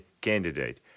candidate